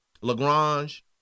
LaGrange